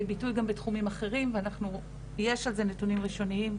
ביטוי גם בתחומים אחרים ויש על זה נתונים ראשוניים,